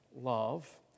love